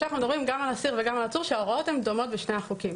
אנחנו מדברים גם על עצור וגם על אסיר כאשר ההוראות דומות בשני החוקים.